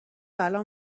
الان